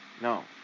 No